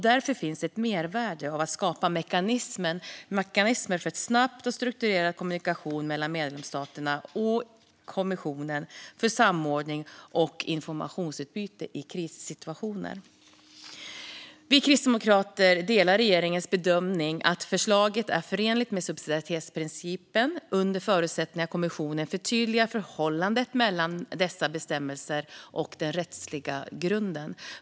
Därför finns det ett mervärde av att skapa mekanismer för en snabb och strukturerad kommunikation mellan medlemsstaterna och kommissionen för samordning och informationsutbyte i krissituationer. Vi kristdemokrater delar regeringens bedömning att förslaget är förenligt med subsidiaritetsprincipen under förutsättning att kommissionen förtydligar förhållandet mellan dessa bestämmelser och den rättsliga grunden.